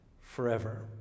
forever